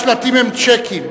השלטים הם צ'קים,